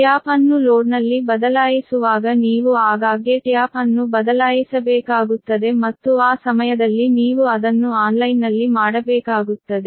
tap ಅನ್ನು ಲೋಡ್ನಲ್ಲಿ ಬದಲಾಯಿಸುವಾಗ ನೀವು ಆಗಾಗ್ಗೆ ಟ್ಯಾಪ್ ಅನ್ನು ಬದಲಾಯಿಸಬೇಕಾಗುತ್ತದೆ ಮತ್ತು ಆ ಸಮಯದಲ್ಲಿ ನೀವು ಅದನ್ನು ಆನ್ಲೈನ್ನಲ್ಲಿ ಮಾಡಬೇಕಾಗುತ್ತದೆ